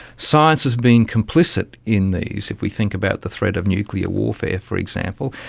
science has been complicit in these, if we think about the threat of nuclear warfare, for example,